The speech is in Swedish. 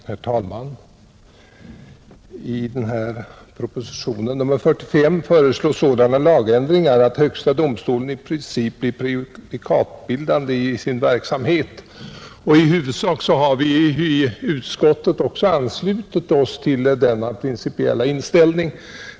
Herr talman! I proposition nr 45 föreslås sådana lagändringar att högsta domstolen i princip blir prejudikatbildande i sin verksamhet, och i huvudsak har vi i utskottet också anslutit oss till denna principiella inställning.